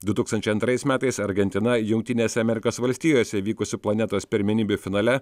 du tūkstančiai antrais metais argentina jungtinėse amerikos valstijose įvykusių planetos pirmenybių finale